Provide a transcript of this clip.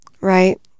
Right